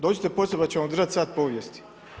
Dođite poslije pa ću vam održati sat povijesti.